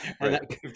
Right